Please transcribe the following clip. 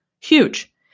huge